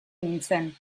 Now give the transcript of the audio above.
nintzen